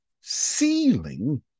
ceiling